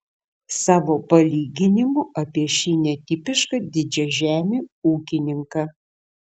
savo palyginimu apie šį netipišką didžiažemį ūkininką